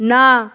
না